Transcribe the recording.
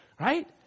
right